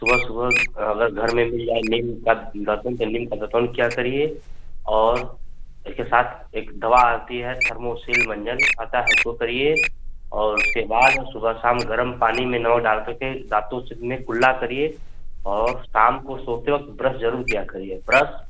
सुबह सुबह अगर घर में भी दतवन के निम का दत्वन किया करिए और इसके साथ एक दवा आती है थर्मो शील्ड मंजन आता है उसको करिए और उसके बाद सुबह शाम गरम पानी मे नमक डाल करके दातुन से नेक कुल्ला करिए और शाम को सोते वक्त ब्रस जरूर किया करिए ब्रस